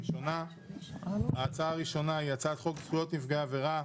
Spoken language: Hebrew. ה-26 ביולי 2021. לגבי הנושא של סדר היום,